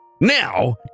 Now